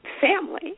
family